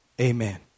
Amen